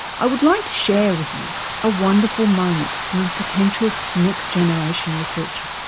i would like to share with you a wonderful moment from a potential next generation researcher,